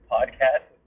podcast